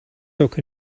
took